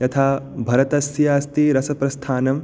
यथा भरतस्य अस्ति रसप्रस्थानम्